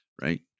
right